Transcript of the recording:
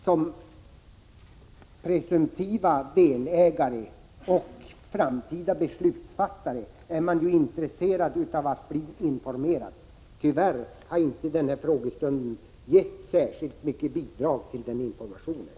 Som presumtiv delägare och framtida beslutsfattare är man intresserad av att bli informerad. Tyvärr har denna frågestund inte givit särskilt stora bidrag till den informationen.